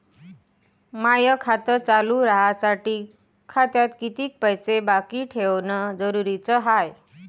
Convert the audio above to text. माय खातं चालू राहासाठी खात्यात कितीक पैसे बाकी ठेवणं जरुरीच हाय?